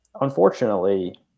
unfortunately